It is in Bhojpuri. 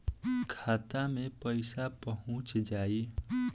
खाता मे पईसा पहुंच जाई